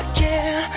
Again